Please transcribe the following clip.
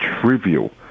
trivial